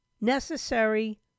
necessary